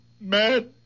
mad